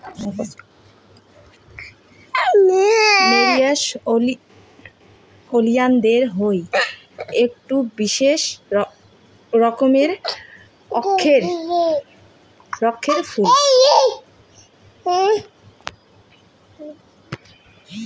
nerium oleander হই আকটো বিশেষ রকমের অক্তের রঙের ফুল